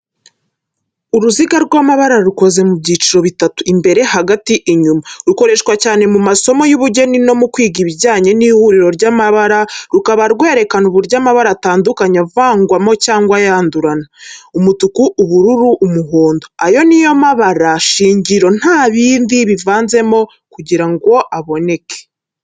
Uruziga rw’amabara rukoze mu byiciro bitatu imbere, hagati, inyuma, rukoreshwa cyane mu masomo y’ubugeni no mu kwiga ibijyanye n’ihuriro ry’amabara rukaba rwerekana uburyo amabara atandukanye avangwamo cyangwa yandurana. Umutuku ,ubururu, umuhondo ayo ni yo mabarwa shingiro nta bindi bavanzweho kugira ngo aboneke.